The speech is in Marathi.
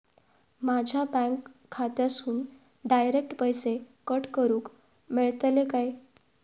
माझ्या बँक खात्यासून डायरेक्ट पैसे कट करूक मेलतले काय?